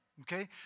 Okay